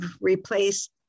replaced